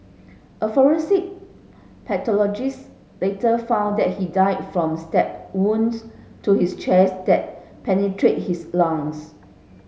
a forensic pathologist later found that he died from stab wounds to his chest that penetrated his lungs